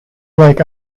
like